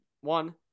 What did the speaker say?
One